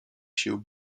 się